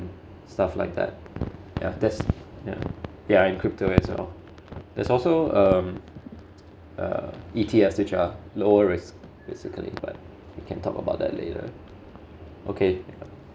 stuff like that yeah there's yeah and crypto as well there's also um uh E_T_H which are lower risk basically but we can talk about that later okay